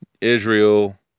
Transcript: Israel